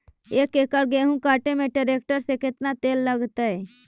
एक एकड़ गेहूं काटे में टरेकटर से केतना तेल लगतइ?